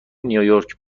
نییورک